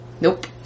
Nope